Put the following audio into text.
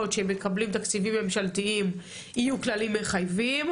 שהם מקבלים תקציבים ממשלתיים יהיו כללים מחייבים,